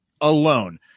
alone